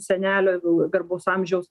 senelė garbaus amžiaus